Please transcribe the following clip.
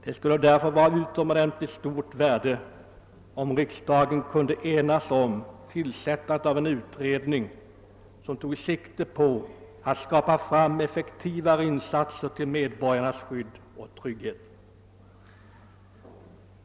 Det skulle därför vara av utomordentligt stort värde om riksdagen kunde enas om tillsättande av en utredning som tog sikte på att åstadkomma effektivare insatser till medborgarnas skydd och trygghet.